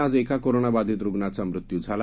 आजएकाकोरोनाबाधितरुग्णाचामृत्यूझाला